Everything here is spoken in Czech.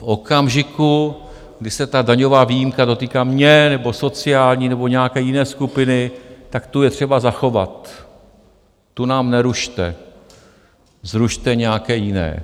V okamžiku, kdy se ta daňová výjimka dotýká mě nebo sociální nebo nějaké jiné skupiny, tak tu je třeba zachovat, tu nám nerušte, zrušte nějaké jiné.